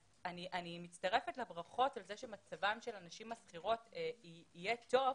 אני מצטרפת לברכות על זה שמצבן של הנשים השכירות יהיה טוב,